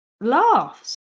laughs